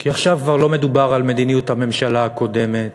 כי עכשיו כבר לא מדובר על מדיניות הממשלה הקודמת,